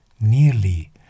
nearly